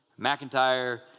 McIntyre